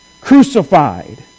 crucified